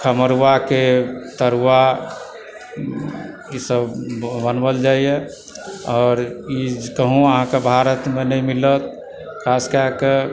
खमरुआके तरुआ ईसभ बनवल जाइए आओर ई कहुँ अहाँकेँ भारतमे नहि मिलत खास कएके